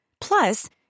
Plus